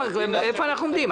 איפה אנחנו עומדים?